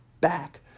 back